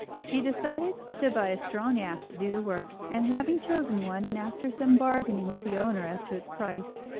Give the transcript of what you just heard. she decided to buy a strong ass to do the work, and having chosen one, and after some bargaining with the owner as to its price,